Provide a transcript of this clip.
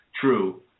true